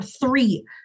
three